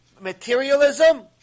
materialism